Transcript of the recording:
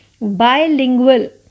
bilingual